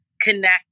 connect